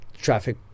traffic